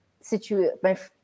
situation